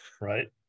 Right